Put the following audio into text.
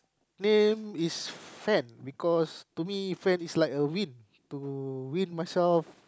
name is Fen because to me Fen is like a win to win myself